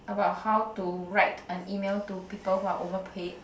about how to write an email to people who are overpaid